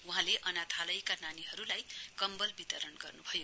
वहाँले अनाथालयका नानीहरुलाई कम्बल वितरण गर्नुभयो